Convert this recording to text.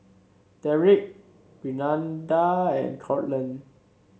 Deric Renada and Courtland